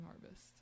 Harvest